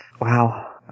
Wow